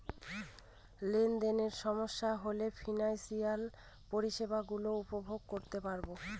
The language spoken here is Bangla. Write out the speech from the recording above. লেনদেনে সমস্যা হলে ফিনান্সিয়াল পরিষেবা গুলো উপভোগ করতে পারবো